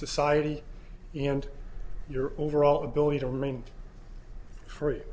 society and your overall ability to remain free